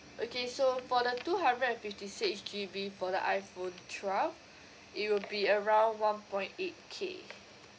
okay so for the two hundred and fifty six G_B for the iphone twelve it will be around one point eight K